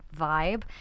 vibe